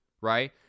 right